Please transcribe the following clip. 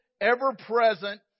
ever-present